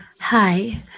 Hi